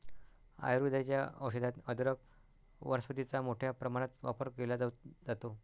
आयुर्वेदाच्या औषधात अदरक वनस्पतीचा मोठ्या प्रमाणात वापर केला जातो